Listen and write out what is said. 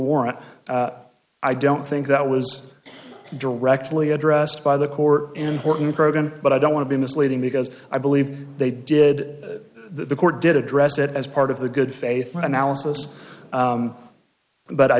warrant i don't think that was directly addressed by the court important program but i don't want to be misleading because i believe they did that the court did address it as part of the good faith analysis but i